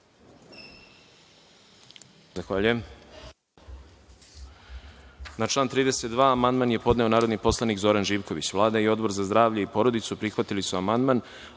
Hvala